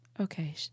okay